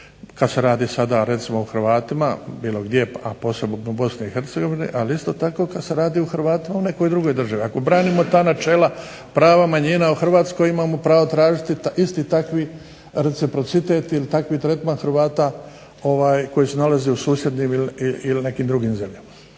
kad se radi sada recimo o Hrvatima bilo bi lijepo, a posebno Bosne i Hercegovine, ali isto kad se radi o Hrvatima u nekoj drugoj državi. Ako branimo ta načela prava manjina u Hrvatskoj, imamo pravo tražiti isti takvi reciprocitet ili takvi tretman Hrvata koji se nalaze u susjednim ili nekim drugim zemljama.